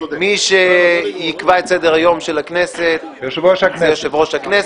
מי שיקבע את סדר-היום של הכנסת זה יושב-ראש הכנסת.